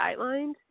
guidelines